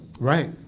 right